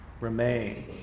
remain